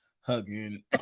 hugging